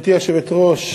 גברתי היושבת-ראש,